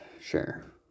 sure